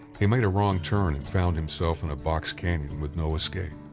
he made a wrong turn and found himself in a box canyon with no escape.